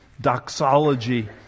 doxology